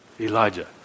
Elijah